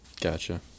gotcha